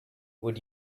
would